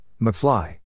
McFly